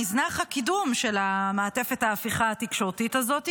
נזנח הקידום של מעטפת ההפיכה התקשורתית הזאת,